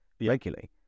regularly